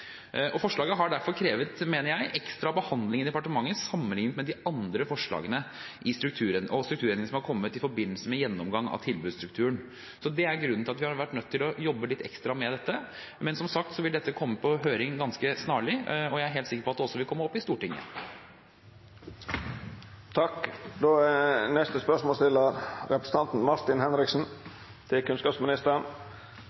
Forslaget har derfor, mener jeg, krevd ekstra behandling i departementet sammenlignet med de andre forslagene og strukturendringene som har kommet i forbindelse med gjennomgang av tilbudsstrukturen. Det er grunnen til at vi har vært nødt til å jobbe litt ekstra med dette. Men som sagt vil dette komme på høring snarlig, og jeg er helt sikker på at det også vil komme opp i Stortinget.